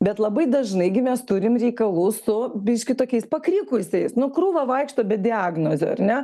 bet labai dažnai gi mes turim reikalų su biškį tokiais pakrikusiais nu krūva vaikšto be diagnozių ar ne